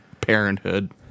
Parenthood